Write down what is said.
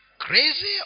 Crazy